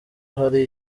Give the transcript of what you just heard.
hari